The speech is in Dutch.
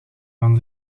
van